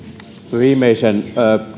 viimeisten